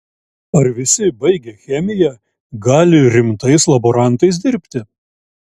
ar visi baigę chemiją gali rimtais laborantais dirbti